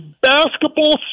basketball